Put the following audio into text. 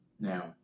now